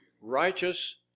righteous